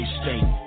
state